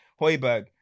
Hoiberg